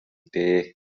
дээ